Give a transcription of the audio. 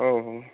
ହଉ ହଉ